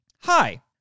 Hi